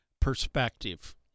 Perspective